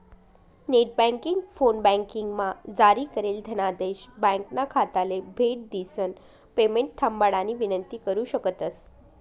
net banking, फोनबँकिंगमा जारी करेल धनादेश ब्यांकना खाताले भेट दिसन पेमेंट थांबाडानी विनंती करु शकतंस